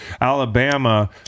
Alabama